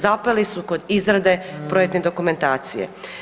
Zapeli su kod izrade projektne dokumentacije.